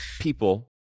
People